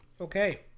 okay